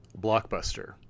blockbuster